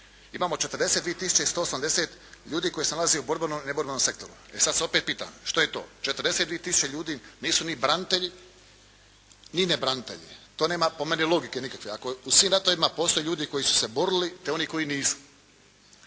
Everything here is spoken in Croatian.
imamo 42180 ljudi koji se nalaze u borbenom i neborbenom sektoru. E sad se opet pitam, što je to? 42000 ljudi nisu ni branitelji, ni nebranitelji. To nema po meni logike nikakve. Ako u svim ratovima postoje ljudi koji su se borili, te oni koji nisu.